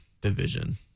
division